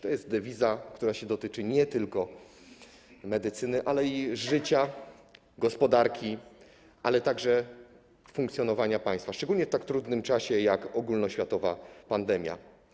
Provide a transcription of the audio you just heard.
To jest dewiza, która dotyczy nie tylko medycyny, ale również życia, gospodarki, a także funkcjonowania państwa, szczególnie w tak trudnym czasie jak ogólnoświatowa pandemia.